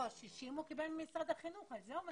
לא, 60 הוא קיבל ממשרד החינוך, על זה הוא מדבר.